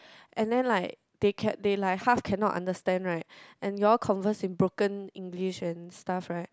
and then like they can they like half cannot understand right and your converse in broken English and stuff right